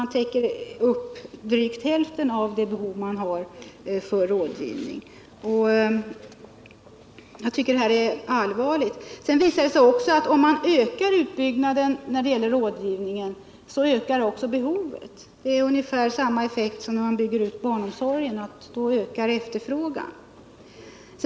Man täcker således upp drygt hälften av det behov av rådgivning som finns. Jag tycker att detta är allvarligt. Sedan visar det sig också att om man ökar utbyggnaden av rådgivningen så ökar också behovet. Det har ungefär samma effekt som när man bygger ut barnomsorgen; då ökar efterfrågan.